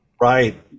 Right